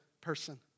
person